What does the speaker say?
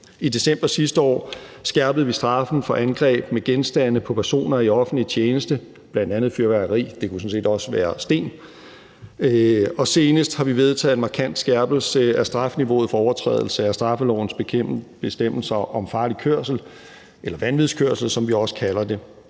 I december sidste år skærpede vi straffen for angreb med genstande på personer i offentlig tjeneste, bl.a. med fyrværkeri, og det kunne sådan set også være sten. Og senest har vi vedtaget en markant skærpelse af strafniveauet for overtrædelse af straffelovens bestemmelser om farlig kørsel eller vanvidskørsel, som vi også kalder det.